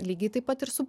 lygiai taip pat ir su